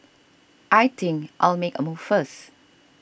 I think I'll make a move first